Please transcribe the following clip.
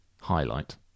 highlight